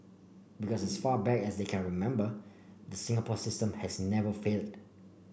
because as far back as they can remember the Singapore system has never failed